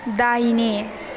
दाहिने